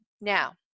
Now